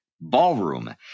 Ballroom